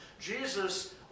Jesus